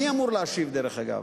מי אמור להשיב, דרך אגב,